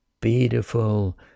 beautiful